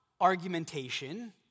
argumentation